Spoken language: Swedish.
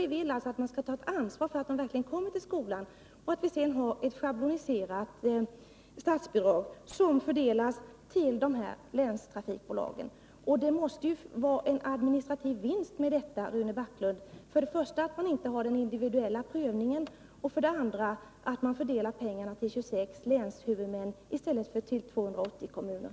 Vi vill alltså att man skall ansvara för att eleverna verkligen kommer till skolan och att statsbidraget blir schabloniserat och fördelat till länstrafikbolagen. Det måste ju bli en administrativ vinst med detta, Rune Backlund. För det första har man ingen individuell prövning, och för det andra fördelar man pengarna till 26 länshuvudmän i stället för till 280 kommuner.